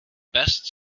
best